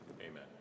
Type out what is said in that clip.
amen